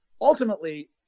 ultimately